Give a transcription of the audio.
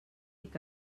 que